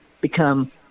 become